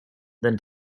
than